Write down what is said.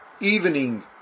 Evening